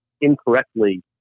incorrectly